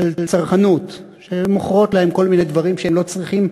של צרכנות שמוכרות להם כל מיני דברים שהם לא צריכים